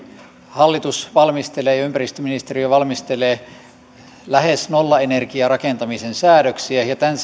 hallitus ja ympäristöministeriö valmistelevat lähes nollaenergiarakentamisen säädöksiä ja tämän